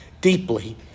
deeply